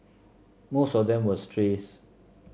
most of them were strays